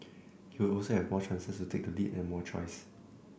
he would also have more chances to take the lead and more choices